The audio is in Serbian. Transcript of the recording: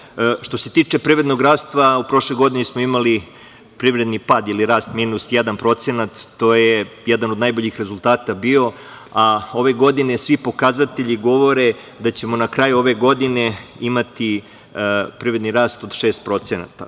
Što se tiče privrednog rasta, u prošloj godini smo imali privredni pad ili rast od minus jedan procenat, što je bio jedan od najboljih rezultata, a ove godine svi pokazatelji govore da ćemo na kraju ove godine imati privredni rast od 6%.Sa